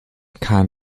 kahn